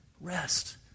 rest